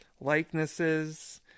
likenesses